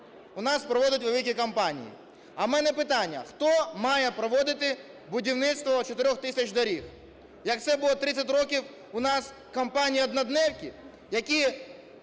у нас проводять великі компанії. А у мене питання: хто має проводити будівництво 4 тисяч доріг? Як це було 30 років, у нас компанії-однодневки,